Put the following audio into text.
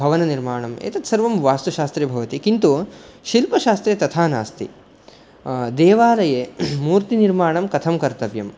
भवननिर्माणम् एतत् सर्वं वास्तुशास्त्रे भवति किन्तु शिल्पशास्त्रे तथा नास्ति देवालये मूर्तिनिर्माणं कथं कर्तव्यं